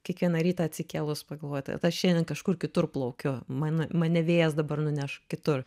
kiekvieną rytą atsikėlus pagalvoti vat aš šiandien kažkur kitur plaukiu man mane vėjas dabar nuneš kitur